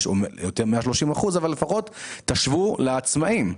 לפחות תשוו לעצמאים.